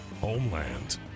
Homeland